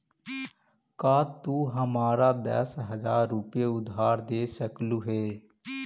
का तू हमारा दस हज़ार रूपए उधार दे सकलू हे?